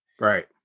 right